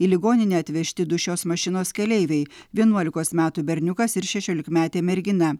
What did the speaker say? į ligoninę atvežti du šios mašinos keleiviai vienuolikos metų berniukas ir šešiolikmetė mergina